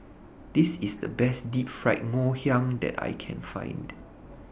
This IS The Best Deep Fried Ngoh Hiang that I Can Find